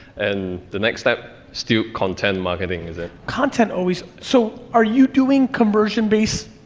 and the next step, still content marketing, is it? content always, so, are you doing conversion based,